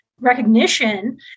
recognition